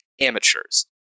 amateurs